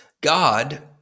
God